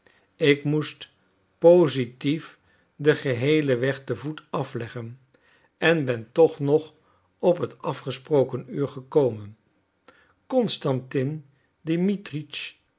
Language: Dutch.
ik moest positief den geheelen weg te voet afleggen en ben toch nog op het afgesproken uur gekomen constantin